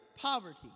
poverty